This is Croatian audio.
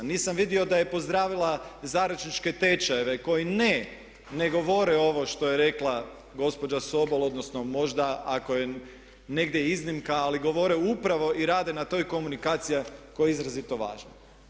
Nisam vidio da je pozdravila zaručničke tečajeve koji ne, ne govore ovo što je rekla gospođa Sobol odnosno možda ako je negdje iznimka ali govore upravo i rade na toj komunikaciji koja je izrazito važna.